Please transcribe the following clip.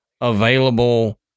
available